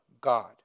God